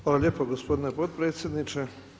Hvala lijepo gospodine potpredsjedniče.